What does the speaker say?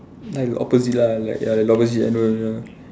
like opposite lah like the opposite I know I know